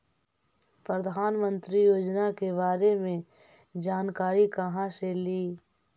प्रधानमंत्री योजना के बारे मे जानकारी काहे से ली?